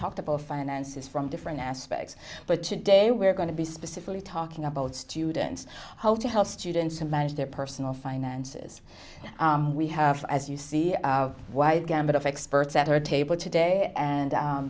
talked about finances from different aspects but today we're going to be specifically talking about students to help students to manage their personal finances we have as you see wide gamut of experts at our table today and